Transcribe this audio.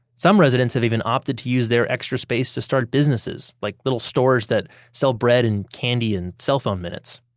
some residents have even opted to use their extra space to start businesses, like little stores that sell bread and candy and cell phone minutes.